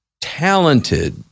talented